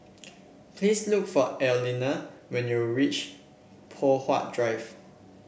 please look for Arlena when you reach Poh Huat Drive